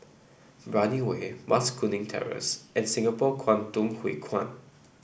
Brani Way Mas Kuning Terrace and Singapore Kwangtung Hui Kuan